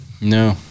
No